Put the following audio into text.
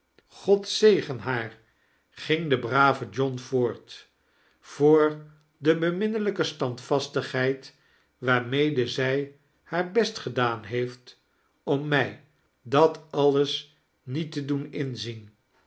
god zegen haar ging de brave john voort voor de beminnelijke staadvastigheid waarmede zij haar best gedaan heeft om mij dat alles niet te doen inizien